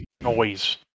noise